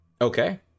Okay